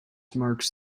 marks